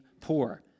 poor